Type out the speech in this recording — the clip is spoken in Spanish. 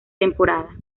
temporada